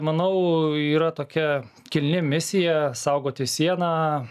manau yra tokia kilni misija saugoti sieną